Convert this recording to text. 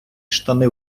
штани